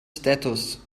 status